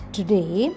Today